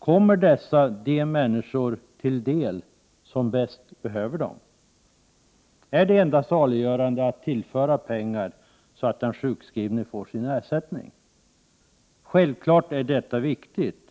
Kommer dessa de människor till del som bäst behöver dem? Är det enda saliggörande att tillföra pengar så att den sjukskrivne får sin ersättning? Självfallet är detta viktigt.